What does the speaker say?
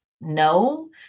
No